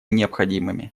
необходимыми